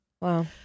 Wow